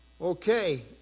Okay